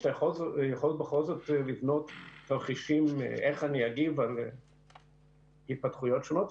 שאפשר בכל זאת לבנות תרחישים של תגובה על התפתחויות שונות.